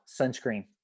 sunscreen